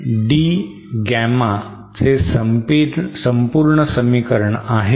हे D Gamma चे संपूर्ण समीकरण आहे